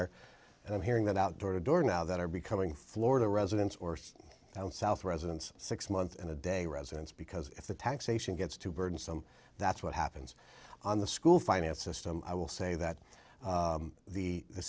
are hearing that out door to door now that are becoming florida residents or south residents six months and a day residence because if the taxation gets too burdensome that's what happens on the school finance system i will say that the